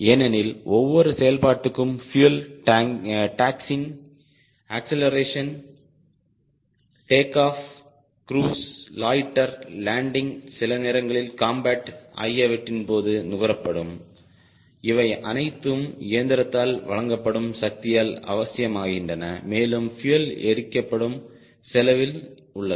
ஏனெனில் ஒவ்வொரு செயல்பாட்டுக்கும் fuel taxiing acceleration take off cruise loiter landing சில நேரங்களில் காம்பேட் ஆகியவற்றின் போது நுகரப்படும் இவை அனைத்தும் இயந்திரத்தால் வழங்கப்படும் சக்தியால் அவசியமாகின்றன மேலும் பியூயல் எரிக்கப்படும் செலவில் உள்ளது